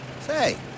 Say